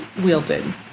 wielded